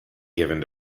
given